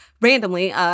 randomly